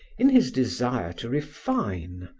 in his desire to refine,